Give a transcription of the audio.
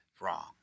wrong